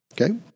okay